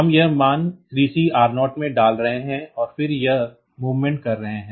हम यह मान 3C R0 में डाल रहे हैं और फिर यह मूवमेंट कर रहे हैं